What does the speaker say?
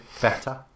better